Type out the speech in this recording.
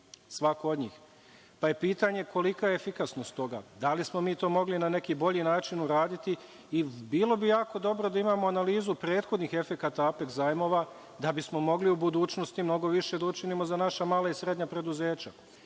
svako od njih. Pitanje je – kolika je efikasnost toga? Da li smo mi to mogli na neki bolji način uraditi? Bilo bi jako dobro da imamo analizu prethodnih efekata Apeks zajmova, da bismo mogli u budućnosti mnogo više da učinimo za naša mala i srednja preduzeća,